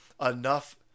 enough